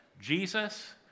Jesus